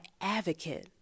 advocate